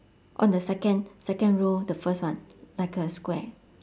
on the second second row the first one like a square